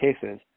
cases